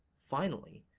finally,